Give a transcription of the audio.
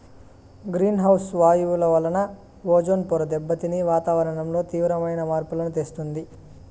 green house వాయువుల వలన ozone పొర దెబ్బతిని వాతావరణంలో తీవ్రమైన మార్పులను తెస్తుంది